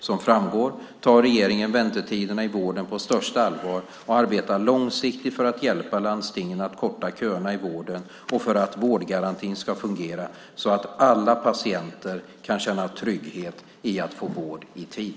Som framgår tar regeringen väntetiderna i vården på största allvar och arbetar långsiktigt för att hjälpa landstingen att korta köerna i vården och för att vårdgarantin ska fungera så att alla patienter kan känna trygghet i att få vård i tid.